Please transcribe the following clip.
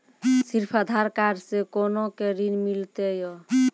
सिर्फ आधार कार्ड से कोना के ऋण मिलते यो?